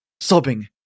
Sobbing